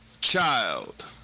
child